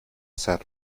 said